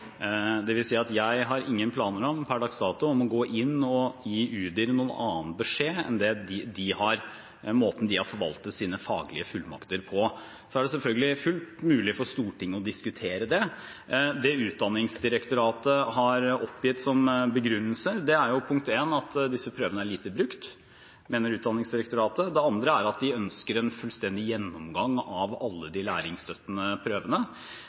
at jeg per dags dato ikke har noen planer om å gå inn og gi Udir noen annen beskjed enn den de har – og om måten de har forvaltet sine faglige fullmakter på. Så er det selvfølgelig fullt mulig for Stortinget å diskutere det. Det Utdanningsdirektoratet har oppgitt som begrunnelse, er for det første at disse prøvene er lite brukt. Det mener Utdanningsdirektoratet. Det andre er at de ønsker en fullstendig gjennomgang av alle de læringsstøttende prøvene.